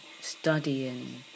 studying